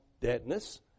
deadness